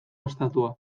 estatua